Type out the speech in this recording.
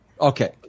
Okay